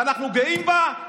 ואנחנו גאים בה,